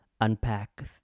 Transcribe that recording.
unpack